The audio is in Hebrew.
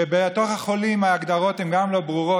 וגם בתוך החולים ההגדרות לא ברורות,